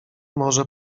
może